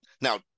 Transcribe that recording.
Now